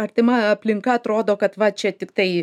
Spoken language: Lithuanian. artima aplinka atrodo kad va čia tiktai